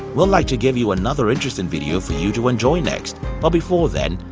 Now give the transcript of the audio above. we'll like to give you another interesting video for you to enjoy next but before then,